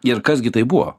ir kas gi tai buvo